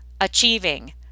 achieving